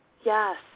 Yes